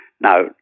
Now